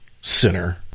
Sinner